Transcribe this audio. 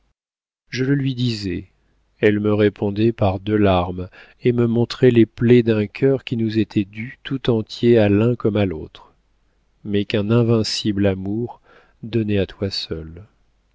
je le lui disais elle me répondait par deux larmes et me montrait les plaies d'un cœur qui nous était dû tout entier à l'un comme à l'autre mais qu'un invincible amour donnait à toi seul